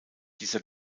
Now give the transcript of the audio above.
dieser